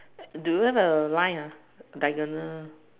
do you have a line ah diagonal